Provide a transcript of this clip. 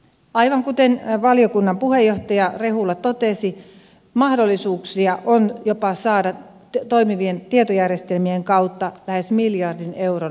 aivan kuten valiokunnan puheenjohtaja rehula totesi mahdollisuuksia on jopa saada toimivien tietojärjestelmien kautta lähes miljardin euron säästöt